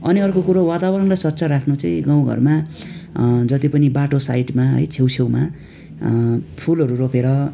अनि अर्को कुरो वातावरणलाई स्वच्छ राख्नु चाहिँ गाउँघरमा जति पनि बाटो साइटमा है छेउछेउमा फुलहरू रोपेर